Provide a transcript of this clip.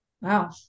Wow